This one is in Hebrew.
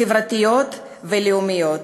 חברתיות ולאומיות.